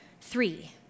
three